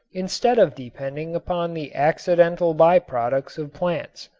instead of depending upon the accidental by-products of plants.